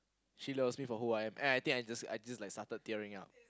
she loves me for who I am and I think I just like I just started tearing up